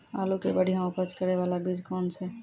आलू के बढ़िया उपज करे बाला बीज कौन छ?